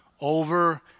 over